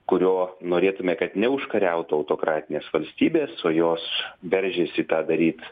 kurio norėtume kad neužkariautų autokratinės valstybės o jos veržiasi tą daryt